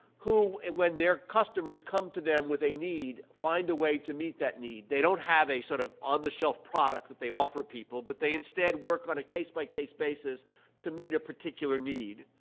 who, when their customers come to them with a need, find a way to meet that need. they don't have a, sort of, on-the-shelf product that they offer people, but they, instead, work on a case-by-case basis to meet a particular need.